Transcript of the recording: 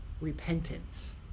repentance